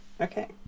okay